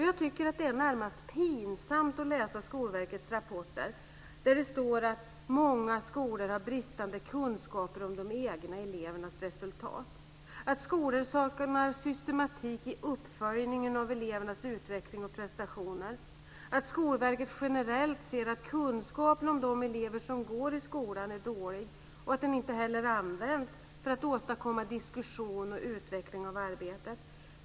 Jag tycker att det är närmast pinsamt att läsa i Skolverkets rapporter att många skolor har "bristande kunskaper om de egna elevernas resultat". Att skolor saknar systematik i uppföljningen av elevernas utveckling och prestationer. Att Skolverket generellt ser att kunskapen om de elever som går i skolan är dålig och inte heller används för att åstadkomma diskussion och utveckling av arbetet.